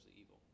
evil